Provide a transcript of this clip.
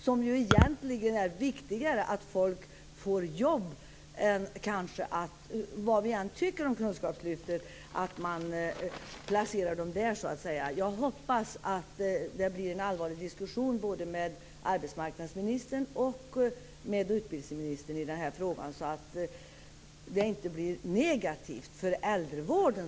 Det är egentligen viktigare att folk får jobb än att de placeras i kunskapslyftet - oavsett vad vi tycker om kunskapslyftet. Jag hoppas att det blir en allvarlig diskussion med både arbetsmarknadsministern och utbildningsministern i frågan. Till syvende och sist skall det hela inte bli negativt för äldrevården.